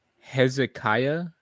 Hezekiah